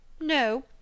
No